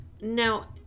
now